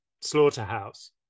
slaughterhouse